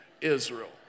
Israel